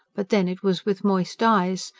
but then it was with moist eyes.